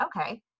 okay